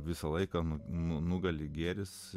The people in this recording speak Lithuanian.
visą laiką nugali gėris